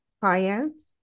clients